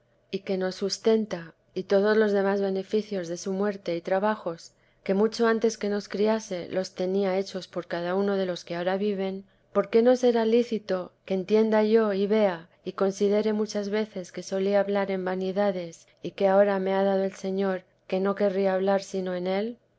y que nos sustenta y todos los demás beneficios de su muerte y trabajos que mucho antes que nos criase los tenía hechos por cada uno de los que ahora viven por qué no será lícito que entienda yo vea y considere muchas veces que solía hablar en vanidades y que ahora me ha dado el señor que no querría sino hablar en él